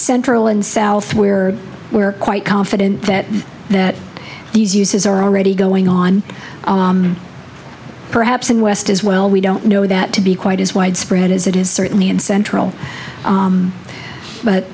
central and south where we're quite confident that that these uses are already going on perhaps in west as well we don't know that to be quite as widespread as it is certainly in central